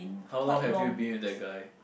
how long have you been with that guy